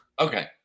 Okay